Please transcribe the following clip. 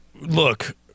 look